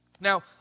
Now